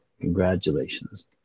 Congratulations